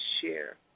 share